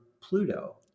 Pluto